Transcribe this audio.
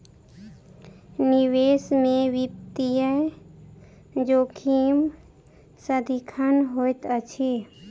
निवेश में वित्तीय जोखिम सदिखन होइत अछि